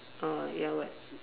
uh ya what